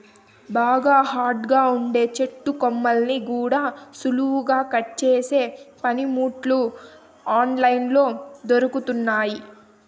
బాగా హార్డ్ గా ఉండే చెట్టు కొమ్మల్ని కూడా సులువుగా కట్ చేసే పనిముట్లు ఆన్ లైన్ లో దొరుకుతున్నయ్యి